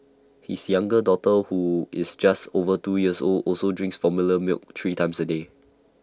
his younger daughter who is just over two years old also drinks formula milk three times A day